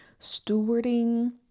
stewarding